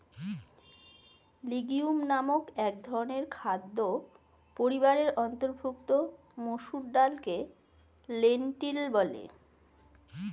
legume নামক একধরনের খাদ্য পরিবারের অন্তর্ভুক্ত মসুর ডালকে লেন্টিল বলে